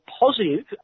positive